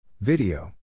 Video